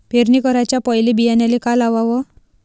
पेरणी कराच्या पयले बियान्याले का लावाव?